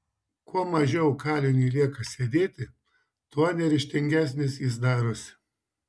kuo mažiau kaliniui lieka sėdėti tuo neryžtingesnis jis darosi